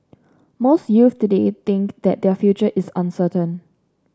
most youths today think that their future is uncertain